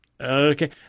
Okay